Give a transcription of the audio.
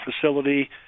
facility